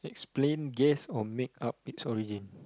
explain guess or make up its origin